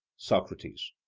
socrates,